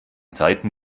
seiten